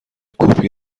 کپی